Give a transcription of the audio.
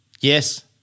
yes